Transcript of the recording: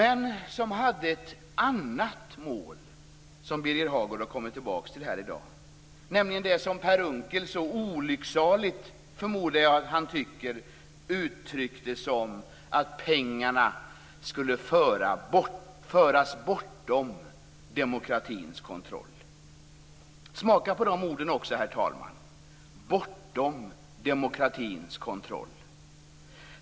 Den borgerliga regeringen hade ett annat mål, vilket Birger Hagård har kommit tillbaka till här i dag, nämligen det som Per Unckel så olycksaligt - det förmodar jag att han tycker - uttryckte som att pengarna skulle föras bortom demokratins kontroll. Smaka på de orden också, herr talman - bortom demokratins kontroll.